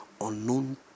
Unknown